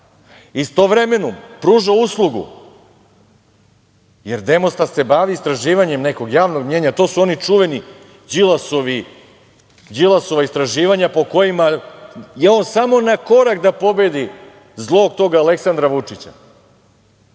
i istovremeno pruža uslugu jer „Demostat“ se bavi istraživanjem nekog javnog mnjenja. To su oni čuvena Đilasova istraživanja po kojima je on samo na korak da pobedi zlog Aleksandra Vučića.